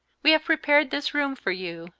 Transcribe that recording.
we have prepared this room for you,